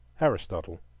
Aristotle